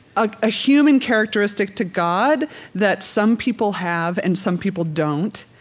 ah a human characteristic to god that some people have and some people don't,